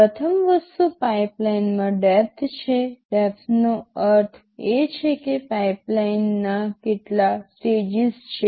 પ્રથમ વસ્તુ પાઇપલાઇનમાં ડેપ્થ છે ડેપ્થનો અર્થ એ છે કે પાઇપલાઇનના કેટલા સ્ટેજીસ છે